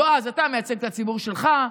יועז, אתה מייצג את הציבור שלך.